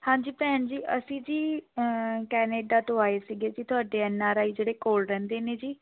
ਹਾਂਜੀ ਭੈਣ ਜੀ ਅਸੀਂ ਜੀ ਕੈਨੇਡਾ ਤੋਂ ਆਏ ਸੀ ਜੀ ਤੁਹਾਡੇ ਐੱਨ ਆਰ ਆਈ ਜਿਹੜੇ ਕੋਲ਼ ਰਹਿੰਦੇ ਨੇ ਜੀ